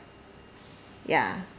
ya